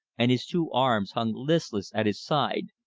and his two arms hung listless at his side,